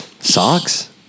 Socks